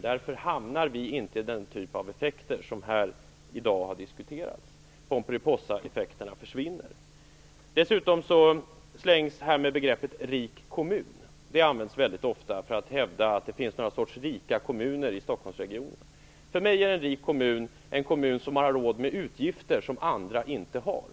Därför blir det inte den typ av effekter som här i dag har diskuterats. Pomperipossaeffekterna försvinner. Dessutom används begreppet rik kommun väldigt ofta för att hävda att det finns någon sorts rika kommuner i Stockholmsregionen. För mig är en rik kommun en kommun som har råd med utgifter som andra inte har råd med.